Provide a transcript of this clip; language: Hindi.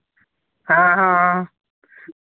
हाँ हाँ